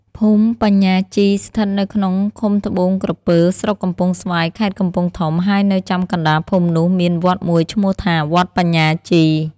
ភូមិបញ្ញាជីស្ថិតនៅក្នុងឃុំត្បូងក្រពើ ស្រុកកំពង់ស្វាយ ខេត្តកំពង់ធំ ហើយនៅចំកណ្ដាលភូមិនោះមានវត្តមួយឈ្មោះថា វត្តបញ្ញាជី។